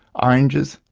oranges,